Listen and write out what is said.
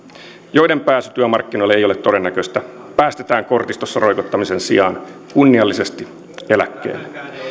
joiden pääsy työmarkkinoille ei ole todennäköistä päästetään kortistossa roikottamisen sijaan kunniallisesti eläkkeelle